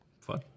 Fun